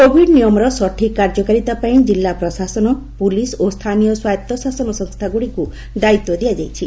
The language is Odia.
କୋଭିଡ୍ ନିୟମର ସଠିକ୍ କାର୍ଯ୍ୟକାରୀତା ପାଇଁ ଜିଲ୍ଲା ପ୍ରଶାସନ ପୁଲିସ୍ ଓ ସ୍ଥାନୀୟ ସ୍ୱାୟତ୍ତଶାସନ ସଂସ୍ଥାଗୁଡ଼ିକୁ ଦାୟିତ୍ୱ ଦିଆଯାଇଛି